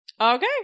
okay